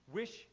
wish